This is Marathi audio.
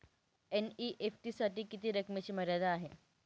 एन.ई.एफ.टी साठी किती रकमेची मर्यादा आहे?